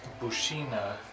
Bushina